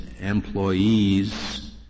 employees